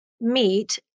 meet